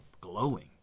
glowing